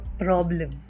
problem